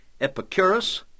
Epicurus